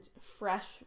fresh